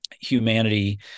humanity